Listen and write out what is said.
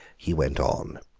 he went on.